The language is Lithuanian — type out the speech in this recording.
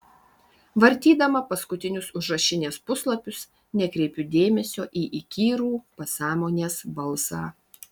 vartydama paskutinius užrašinės puslapius nekreipiu dėmesio į įkyrų pasąmonės balsą